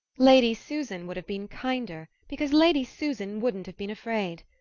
lady susan would have been kinder, because lady susan wouldn't have been afraid.